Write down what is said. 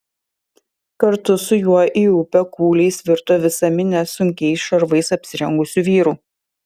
kartu su juo į upę kūliais virto visa minia sunkiais šarvais apsirengusių vyrų